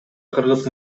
кыргыз